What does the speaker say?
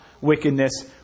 Wickedness